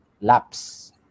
lapse